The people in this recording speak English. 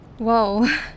Whoa